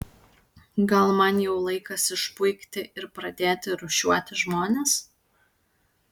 gal man jau laikas išpuikti ir pradėti rūšiuoti žmones